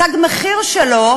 תג המחיר שלו